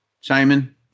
Simon